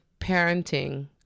parenting